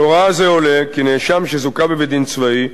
מהוראה זו עולה כי נאשם שזוכה בבית-דין צבאי,